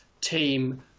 team